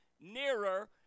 nearer